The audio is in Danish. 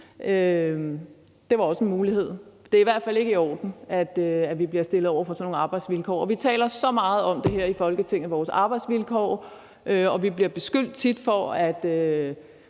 Det var også en mulighed. Det er i hvert fald ikke i orden, at vi bliver stillet over for sådan nogle arbejdsvilkår. Vi taler så meget om vores arbejdsvilkår i Folketinget, og vi bliver tit beskyldt for, at